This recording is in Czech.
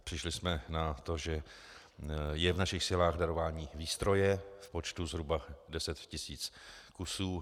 Přišli jsme na to, že je v našich silách darování výstroje v počtu zhruba 10 tisíc kusů.